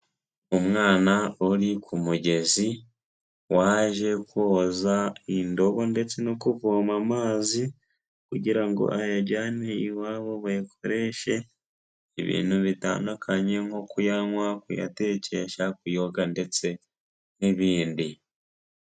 Umwana uri ku mugezi waje koza indobo ndetse no kuvoma amazi kugira ngo ayajyane iwabo bayakoreshe ibintu bitandukanye, nko kuyanywa kuyatekesha, kuyoga, ndetse n'ibindi.